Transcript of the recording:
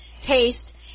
taste